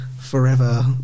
Forever